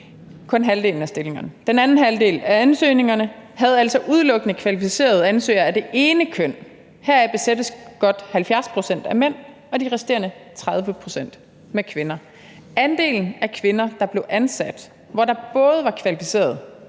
ansøgere af begge køn. Den anden halvdel af ansøgningerne havde altså udelukkende kvalificerede ansøgere af det ene køn. Heraf besættes godt 70 pct. af mænd og de resterende 30 pct. med kvinder. Andelen af kvinder, der blev ansat, hvor der både var kvalificerede